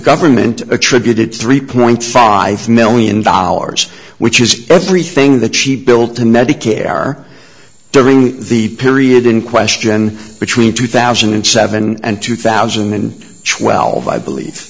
government attributed three point five million dollars which is everything the cheap bill to medicare during the period in question between two thousand and seven and two thousand and twelve i believe